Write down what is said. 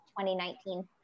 2019